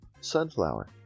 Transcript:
sunflower